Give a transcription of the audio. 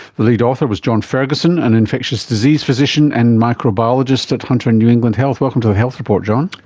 the lead author was john ferguson, an infectious diseases physician and microbiologist at hunter and new england health. welcome to the health report john.